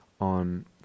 on